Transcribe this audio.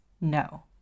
No